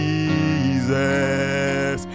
Jesus